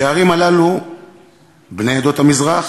שבערים הללו בני עדות המזרח,